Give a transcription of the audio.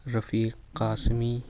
Rafiq Qasmi